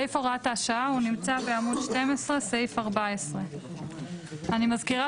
סעיף הוראת השעה נמצא בעמוד 12 סעיף 14. אני מזכירה